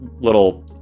little